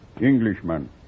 Englishman